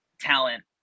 talent